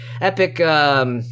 epic